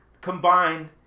Combined